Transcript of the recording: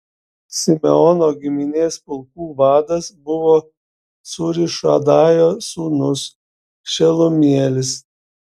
simeono giminės pulkų vadas buvo cūrišadajo sūnus šelumielis